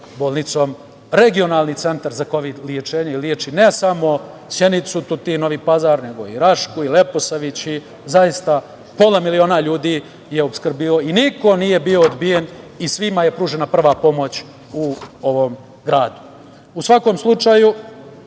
bolnicom regionalni centar za kovid lečenje i leči ne samo Sjenicu, Tutin, Novi Pazar, nego i Rašku, Leposavić i zaista pola miliona ljudi je opskrbio i niko nije bio odbijen i svima je pružena prva pomoć u ovom gradu.U svakom slučaju,